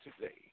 today